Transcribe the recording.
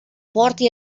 porti